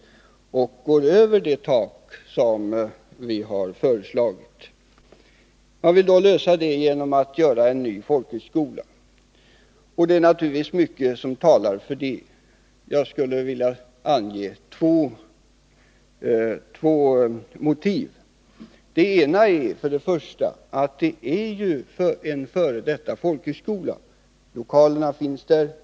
Kostnaderna går över det tak som riksdagen har föreslagit. Man vill lösa problemet genom att bilda en ny folkhögskola. Det finns naturligtvis mycket som talar för det — jag skulle vilja ange två motiv. Det ena motivet är att Viebäck är en f. d. folkhögskola. Lokalerna finns där.